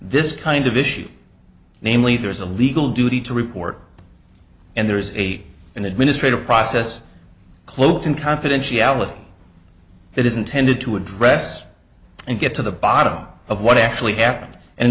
this kind of issue namely there is a legal duty to report and there is a an administrative process cloaked in confidentiality that is intended to address and get to the bottom of what actually happened